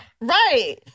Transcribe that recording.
Right